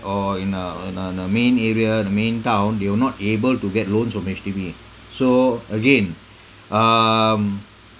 or in a in a a main area the main town they will not able to get loans from H_D_B so again um